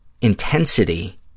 intensity